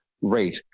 rate